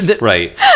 Right